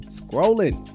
scrolling